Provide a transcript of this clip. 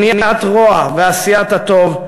מניעת רוע ועשיית הטוב,